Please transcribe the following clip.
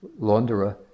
launderer